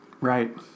Right